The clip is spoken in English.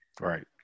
Right